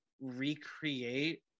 recreate